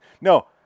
no